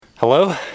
Hello